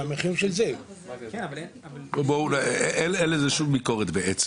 בעצם אין על זה שום ביקורת.